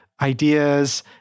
ideas